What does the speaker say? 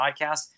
podcast